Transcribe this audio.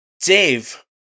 Dave